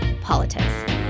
politics